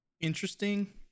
interesting